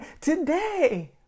today